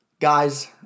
Guys